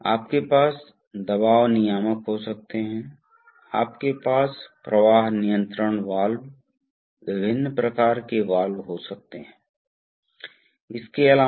अब अब तक हमने ज्यादातर दबाव नियंत्रण और प्रवाह नियंत्रण के अलावा देखा है हमने ज्यादातर वाल्व देखे हैं जहां द्रव की दिशा बदल जाती है इसलिए हमने मुख्य रूप से दिशात्मक वाल्व देखा है